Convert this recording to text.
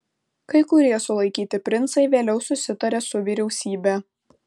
kai kurie sulaikyti princai vėliau susitarė su vyriausybe